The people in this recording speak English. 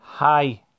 Hi